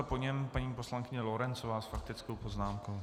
Po něm paní poslankyně Lorencová s faktickou poznámkou.